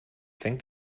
fängt